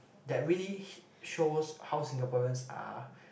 that really shows how Singaporeans are